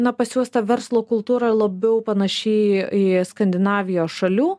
na pas juos ta verslo kultūra labiau panaši į skandinavijos šalių